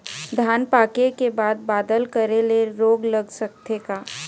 धान पाके के बाद बादल करे ले रोग लग सकथे का?